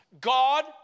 God